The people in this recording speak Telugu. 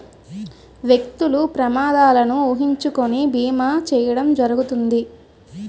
వ్యక్తులు ప్రమాదాలను ఊహించుకొని బీమా చేయడం జరుగుతుంది